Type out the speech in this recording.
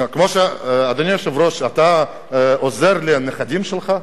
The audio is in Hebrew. אדוני היושב-ראש, אתה עוזר לנכדים שלך?